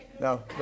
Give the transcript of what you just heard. No